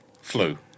Flu